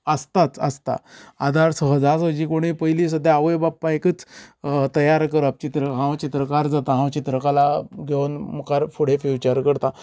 आसताच आसता आदार सहजासहजी कोणय पयली सद्या आवय बापूयकच तयार करप चित्र हांव चित्रकार जाता हांव चित्रकला घेवन मुखार फुडें फ्यूचर करता